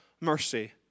mercy